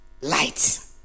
light